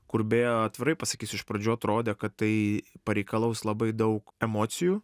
kur beje atvirai pasakysiu iš pradžių atrodė kad tai pareikalaus labai daug emocijų